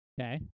Okay